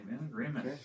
agreement